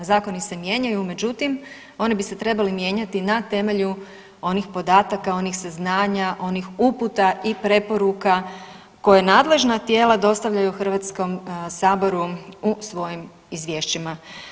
Zakoni se mijenjaju, međutim oni bi se trebali mijenjati na temelju onih podataka, onih saznanja, onih uputa i preporuka koja nadležna tijela dostavljaju HS-u u svojim izvješćima.